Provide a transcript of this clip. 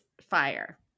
fire